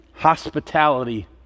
hospitality